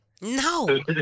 No